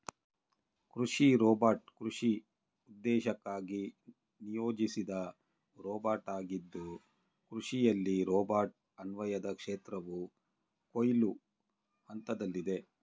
ಕೃಷಿ ರೋಬೋಟ್ ಕೃಷಿ ಉದ್ದೇಶಕ್ಕಾಗಿ ನಿಯೋಜಿಸಿದ ರೋಬೋಟಾಗಿದ್ದು ಕೃಷಿಯಲ್ಲಿ ರೋಬೋಟ್ ಅನ್ವಯದ ಕ್ಷೇತ್ರವು ಕೊಯ್ಲು ಹಂತದಲ್ಲಿದೆ